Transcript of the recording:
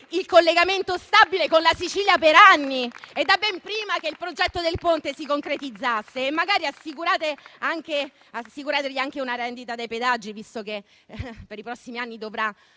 il collegamento stabile con la Sicilia per anni e da ben prima che il progetto del Ponte si concretizzasse. Magari assicurategli anche una rendita dei pedaggi, visto che per i prossimi anni dovrà